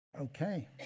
Okay